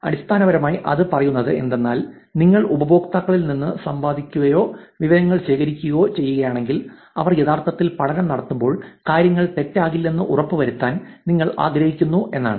അടിസ്ഥാനപരമായി അത് പറയുന്നത് എന്തെന്നാൽ നിങ്ങൾ ഉപയോക്താക്കളിൽ നിന്ന് സംവദിക്കുകയോ വിവരങ്ങൾ ശേഖരിക്കുകയോ ചെയ്യുകയാണെങ്കിൽ അവർ യഥാർത്ഥത്തിൽ പഠനം നടത്തുമ്പോൾ കാര്യങ്ങൾ തെറ്റാകില്ലെന്ന് ഉറപ്പുവരുത്താൻ നിങ്ങൾ ആഗ്രഹിക്കുന്നു എന്നാണ്